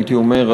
הייתי אומר,